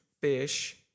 fish